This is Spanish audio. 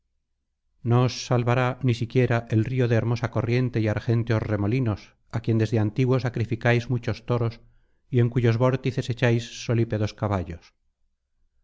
os salvará ni siquiera el río de hermosa corriente y argénteos remolinos á quien desde antiguo sacrificáis muchos toros y en cuyos vórtices echáis solípedos caballos